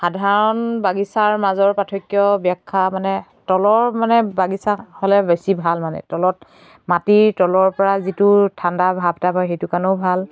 সাধাৰণ বাগিচাৰ মাজৰ পাৰ্থক্য ব্যাখ্যা মানে তলৰ মানে বাগিচা হ'লে মানে বেছি ভাল মানে তলত মাটিৰ তলৰ পৰা যিটোৰ ঠাণ্ডা ভাৱ এটা পৰে সেইটোৰ কাৰণেও ভাল